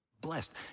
blessed